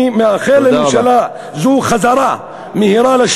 אני מאחל לממשלה זו, תודה רבה.